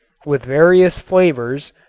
with various flavors,